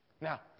Now